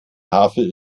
havel